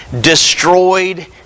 Destroyed